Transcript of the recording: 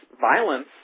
violence